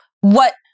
What-